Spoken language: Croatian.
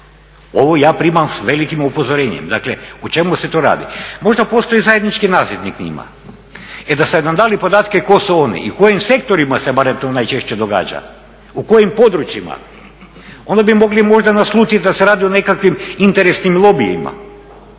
ovo ja primam s velim upozorenjem. Dakle, o čemu se tu radi? Možda postoji zajednički nazivnik njima. E da ste nam dali podatke ko su oni i u kojim sektorima se barem to najčešće događa, u kojim područjima onda bi mogli možda naslutit da se radi o nekakvim interesnim lobijima.